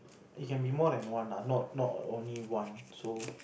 it can be more than one ah not not only one so